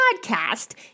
podcast